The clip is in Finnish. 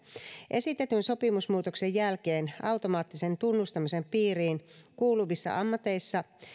esitetyn sopimusmuutoksen jälkeen automaattisen tunnustamisen piiriin kuuluvissa ammateissa